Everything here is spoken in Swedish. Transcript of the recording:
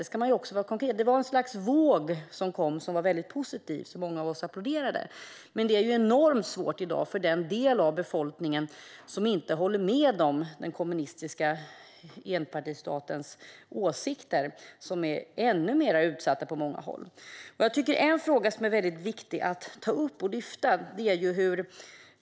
Det var ett slags våg som kom, som var positiv och som många av oss applåderade. Men det är i dag enormt svårt för den del av befolkningen som inte håller med om den kommunistiska enpartistatens åsikter. De är ännu mer utsatta på många håll. Jag tycker att en fråga är väldigt viktig att ta upp.